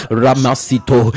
ramasito